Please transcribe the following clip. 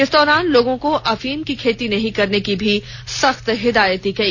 इस दौरान लोगों को अफीम की खेती नहीं करने की भी सख्त हिदायत दी गई